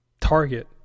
target